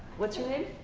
what's your name?